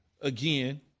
again